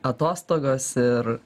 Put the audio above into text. atostogos ir